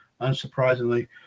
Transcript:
unsurprisingly